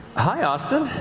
hi, austin.